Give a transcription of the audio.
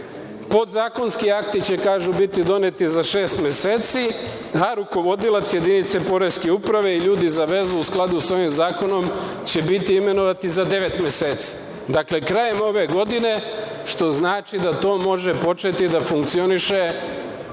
Podzakonski akti će, kažu, biti doneti za šest meseci, a rukovodilac jedinice poreske uprave i ljudi za vezu, u skladu sa ovim zakonom, će biti imenovani za devet meseci, dakle krajem ove godine što znači da to može početi da funkcioniše